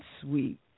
sweet